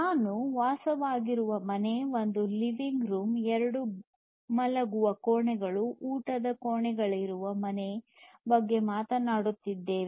ನಾವು ವಾಸಿಸುವ ಮನೆ ಒಂದು ಲಿವಿಂಗ್ ರೂಮ್ ಎರಡು ಮಲಗುವ ಕೋಣೆಗಳು ಊಟದ ಕೋಣೆ ಗಳಿರುವ ಮನೆಯ ಬಗ್ಗೆ ಮಾತನಾಡುತ್ತಿದ್ದೇವೆ